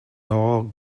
all